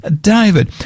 david